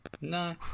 No